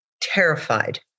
terrified